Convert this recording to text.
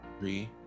three